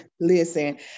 Listen